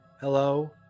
hello